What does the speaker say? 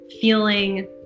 feeling